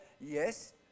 Yes